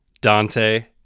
Dante